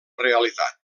realitat